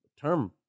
term